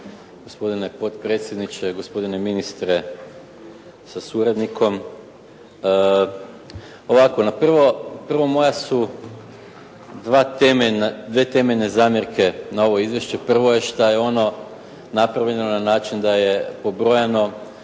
Gospodine potpredsjedniče, gospodine ministre sa suradnikom. Ovako, prvo moja su dvije temeljne zamjerke na ovo izvješće. Prvo je što je ono napravljeno na način da je pobrojano